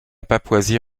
papouasie